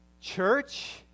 Church